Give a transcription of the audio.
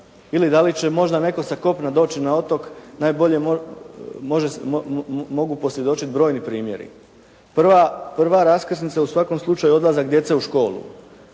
ili da li će netko možda sa kopna doći na otok, najbolje mogu posvjedočiti brojni primjeri. Prva raskrsnica u svakom slučaju je odlazak djece u školu